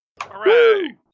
Hooray